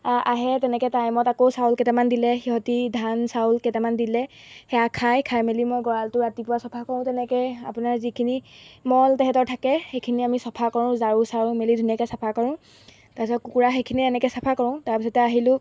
আহে তেনেকৈ টাইমত আকৌ চাউল কেইটামান দিলে সিহঁতে ধান চাউল কেইটামান দিলে সেয়া খাই খাই মেলি মই গঁৰালটো ৰাতিপুৱা চাফা কৰোঁ তেনেকৈ আপোনাৰ যিখিনি মল তাহাঁতৰ থাকে সেইখিনি আমি চফা কৰোঁ ঝাৰু চাৰু মেলি ধুনীয়াকৈ চাফা কৰোঁ তাৰপিছত কুকুৰা সেইখিনিয়ে এনেকৈ চাফা কৰোঁ তাৰপিছতে আহিলোঁ